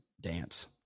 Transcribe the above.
dance